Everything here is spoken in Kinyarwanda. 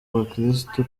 bakirisitu